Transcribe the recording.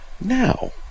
Now